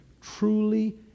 truly